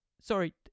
Sorry